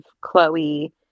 Chloe